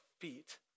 feet